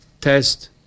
test